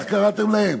איך קראתם להם?